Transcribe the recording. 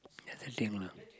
that's thething lah